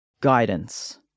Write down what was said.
Guidance